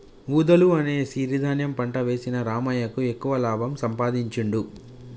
వూదలు అనే ఈ సిరి ధాన్యం పంట వేసిన రామయ్యకు ఎక్కువ లాభం సంపాదించుడు